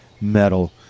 metal